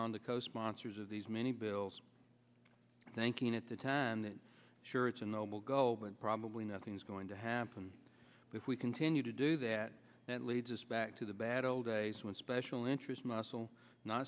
on the co sponsors of these many bills thanking at the time that sure it's a noble goal but probably nothing is going to happen if we continue to do that that leads us back to the bad old days when special interest muscle n